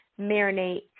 marinate